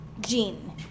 gene